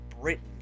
Britain